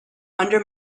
under